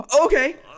okay